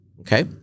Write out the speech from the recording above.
Okay